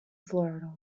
florida